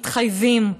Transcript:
מתחייבים,